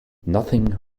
nothing